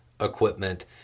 Equipment